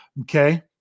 Okay